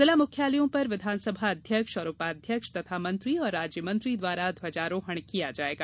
जिला मुख्यालयों पर विधानसभा अध्यक्ष और उपाध्यक्ष तथा मंत्री और रोज्य मंत्री द्वारा ध्वजारोहण किया जायेगा